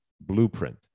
blueprint